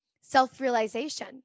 self-realization